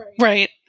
Right